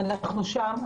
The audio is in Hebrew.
אנחנו שם,